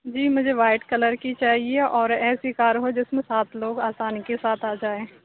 جی مجھے white colour کی چاہیے اور ایسی کار ہو جس میں سات لوگ آسانی کے ساتھ آجائیں